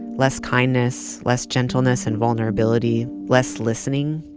less kindness, less gentleness and vulnerability, less listening.